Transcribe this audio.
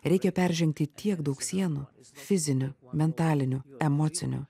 reikia peržengti tiek daug sienų fizinių mentalinių emocinių